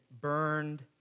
burned